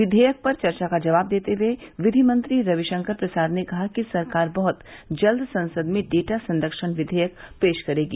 विधेयक पर चर्चा का जवाब देते हुए विधि मंत्री रविशंकर प्रसाद ने कहा कि सरकार बहुत जल्द संसद में डेटा संरक्षण विधेयक पेश करेगी